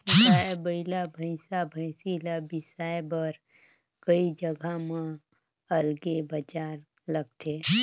गाय, बइला, भइसा, भइसी ल बिसाए बर कइ जघा म अलगे बजार लगथे